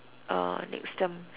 uh next term